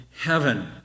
heaven